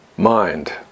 mind